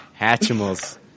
hatchimals